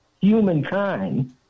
humankind